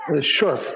Sure